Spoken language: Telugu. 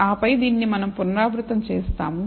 ఆపై దీనిని మనం పునరావృతం చేస్తాము